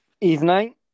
Evening